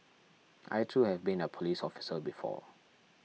I too have been a police officer before